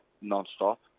non-stop